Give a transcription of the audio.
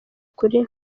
kuri